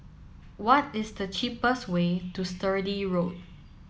what is the cheapest way to Sturdee Road